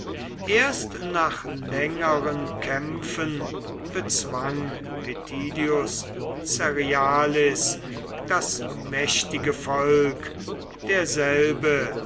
erst nach längeren kämpfen bezwang petillius cerialis das mächtige volk derselbe